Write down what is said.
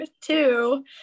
Two